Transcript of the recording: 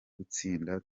gutsinda